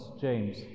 James